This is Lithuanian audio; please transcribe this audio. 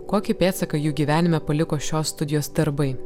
kokį pėdsaką jų gyvenime paliko šios studijos darbai